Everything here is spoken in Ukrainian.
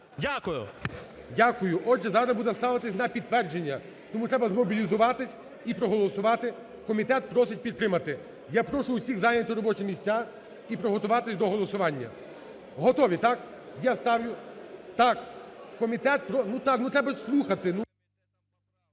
Дякую. Отже, зараз буде ставитися на підтвердження. Тому треба змобілізуватись і проголосувати. Комітет просить підтримати. Я прошу всіх зайняти робочі місця і приготуватися до голосування. Готові, так? Я ставлю… Так, комітет … (Шум у залі) Ну, треба слухати!